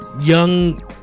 young